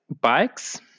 bikes